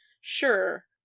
Sure